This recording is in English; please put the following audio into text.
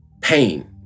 pain